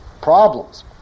problems